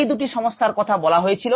এই দুটি সমস্যার কথা বলা হয়েছিল